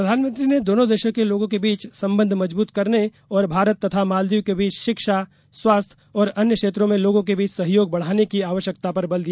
प्रधानमंत्री ने दोनों देशों के लोगों के बीच संबंध मजबूत करने और भारत तथा मालदीव के बीच शिक्षा स्वास्थ्य और अन्य क्षेत्रों में लोगों के बीच सहयोग बढ़ाने की आवश्यकता पर बल दिया